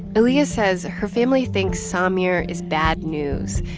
aaliyah says her family thinks samire is bad news.